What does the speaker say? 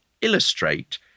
illustrate